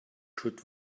should